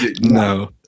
no